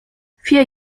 vier